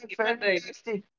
fantastic